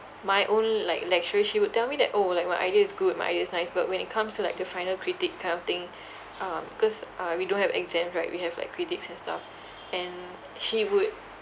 my own like lecturer she would tell me that orh like my idea is good my idea is nice but when it comes to like the final critic kind of thing um cause uh we don't have exams right we have like critics and stuff and she would